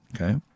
okay